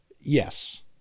Yes